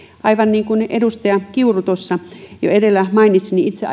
aivan niin kuin edustaja kiuru tuossa jo edellä mainitsi itse